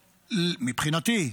מבחינתי,